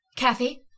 Kathy